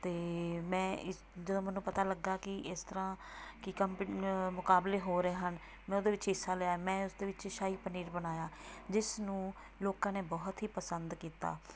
ਅਤੇ ਮੈਂ ਇਸ ਜਦੋਂ ਮੈਨੂੰ ਪਤਾ ਲੱਗਾ ਕਿ ਇਸ ਤਰ੍ਹਾਂ ਕਿ ਕੰਪੀ ਮੁਕਾਬਲੇ ਹੋ ਰਹੇ ਹਨ ਮੈਂ ਉਹਦੇ ਵਿੱਚ ਹਿੱਸਾ ਲਿਆ ਮੈਂ ਇਸ ਦੇ ਵਿੱਚ ਸ਼ਾਹੀ ਪਨੀਰ ਬਣਾਇਆ ਜਿਸ ਨੂੰ ਲੋਕਾਂ ਨੇ ਬਹੁਤ ਹੀ ਪਸੰਦ ਕੀਤਾ